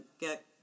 get